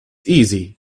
easy